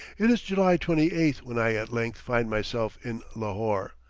it is july twenty eighth when i at length find myself in lahore.